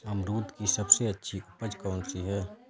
अमरूद की सबसे अच्छी उपज कौन सी है?